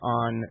on